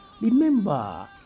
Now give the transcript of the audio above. Remember